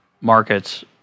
markets